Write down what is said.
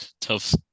tough